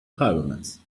pyramids